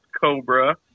Cobra